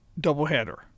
doubleheader